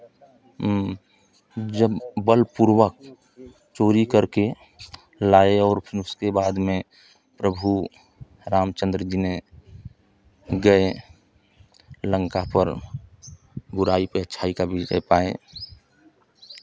जब बलपूर्वक चोरी कर के लाए फिर उसके बाद में प्रभु राम चंद्र जी ने गए लंका पर बुराई पे अच्छाई का विजय पाए